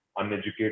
uneducated